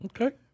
Okay